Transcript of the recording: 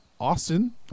Austin